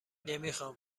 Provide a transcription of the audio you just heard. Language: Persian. نمیخام